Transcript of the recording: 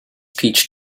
peach